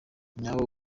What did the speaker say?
nyawo